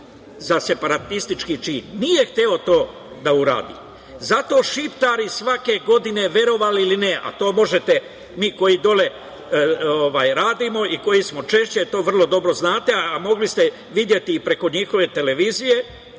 za separatistički čin. Nije hteo to da uradi. Zato Šiptari svake godine, verovali ili ne, a mi koji dole radimo i koji smo dole češće to vrlo dobro znamo, a mogli ste i videti preko njihove televizije